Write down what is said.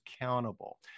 accountable